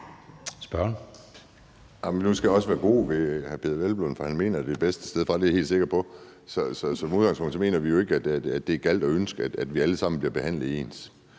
(NB): Nu skal jeg også være god ved hr. Peder Hvelplund, for han mener det bedste, det er jeg helt sikker på. Som udgangspunkt mener vi jo ikke, at det er galt at ønske, at vi alle sammen bliver behandlet ens,